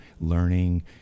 learning